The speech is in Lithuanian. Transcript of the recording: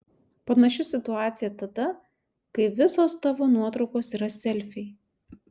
panaši situacija tada kai visos tavo nuotraukos yra selfiai